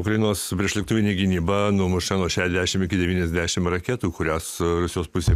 ukrainos priešlėktuvinė gynyba numušė nuo šešiasdešimt iki devynisdešimt raketų kurias rusijos pusė